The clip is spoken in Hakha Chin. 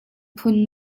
phun